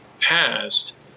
passed